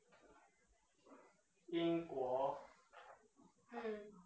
英国